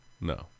no